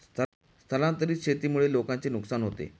स्थलांतरित शेतीमुळे लोकांचे नुकसान होते